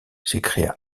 s’écria